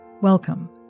Welcome